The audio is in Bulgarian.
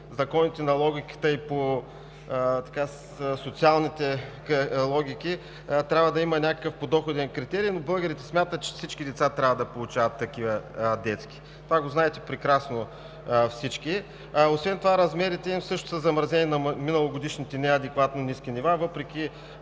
законите на логиката, и по социалните логики трябва да имат някакъв подоходен критерий, но българите смятат, че всички деца трябва да получават такива детски. Всички знаете това прекрасно. Освен това размерите им също са замразени на миналогодишните неадекватно ниски нива, въпреки,